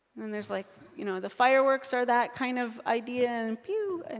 and there's like you know the fireworks are that kind of idea. and pew! and